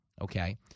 Okay